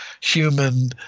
human